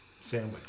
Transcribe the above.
sandwich